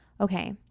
okay